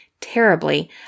terribly